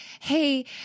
hey